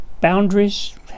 boundaries